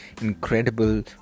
incredible